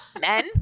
Men